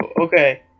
Okay